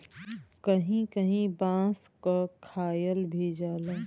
कहीं कहीं बांस क खायल भी जाला